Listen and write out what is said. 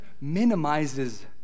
minimizes